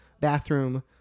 bathroom